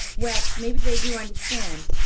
well, maybe they do understand,